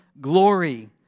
glory